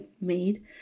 made